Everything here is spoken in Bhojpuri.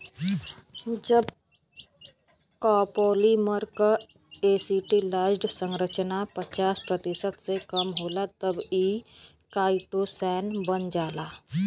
जब कॉपोलीमर क एसिटिलाइज्ड संरचना पचास प्रतिशत से कम होला तब इ काइटोसैन बन जाला